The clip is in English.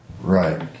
Right